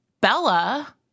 Bella